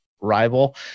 rival